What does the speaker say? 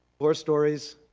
four stories,